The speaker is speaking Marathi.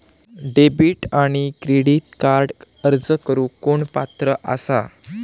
डेबिट आणि क्रेडिट कार्डक अर्ज करुक कोण पात्र आसा?